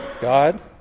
God